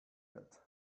yet